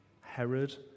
Herod